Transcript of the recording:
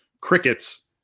crickets